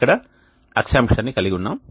ఇక్కడ అక్షాంశాన్ని కలిగి ఉన్నాము